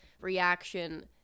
reaction